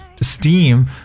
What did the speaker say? steam